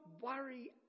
worry